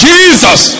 Jesus